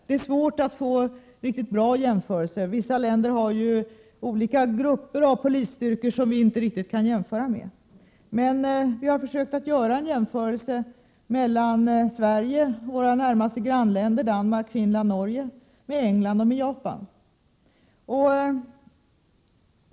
Det är svårt att få riktigt bra jämförelser. Vissa länder har ju olika grupper av polisstyrkor, som vi inte riktigt kan jämföra med. Men vi har försökt göra en jämförelse mellan Sverige, våra nordiska grannländer —- Danmark, Finland, Norge — England och Japan.